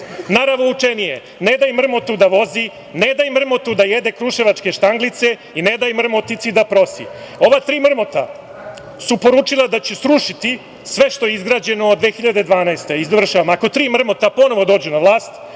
Naravoučenije, ne daj mrmotu da voz, ne daj mrmotu da jede kruševačke štanglice i ne daj mrmotici da prosi. Ova tri mrmota su poručila da će srušiti sve što je izgrađeno od 2012. godine. Ako tri mrmota ponovo dođu na vlast,